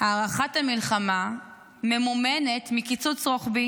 הארכת המלחמה ממומנת מקיצוץ רוחבי